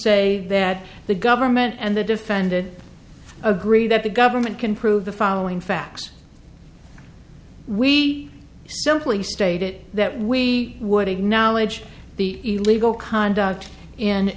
say that the government and the defendant agree that the government can prove the following facts we simply stated that we would acknowledge the illegal conduct